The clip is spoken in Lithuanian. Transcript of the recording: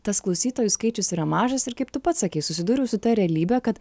tas klausytojų skaičius yra mažas ir kaip tu pats sakei susidūriau su ta realybe kad